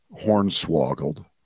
horn-swoggled